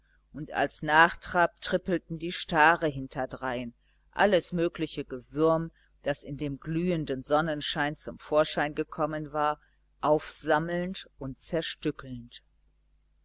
und als nachtrab trippelten die stare hinterdrein alles mögliche gewürm das in dem glühenden sonnenschein zum vorschein gekommen war aufsammelnd und zerstückelnd